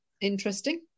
interesting